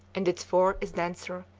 and its fur is denser,